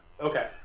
Okay